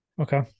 Okay